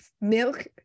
milk